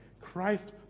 Christ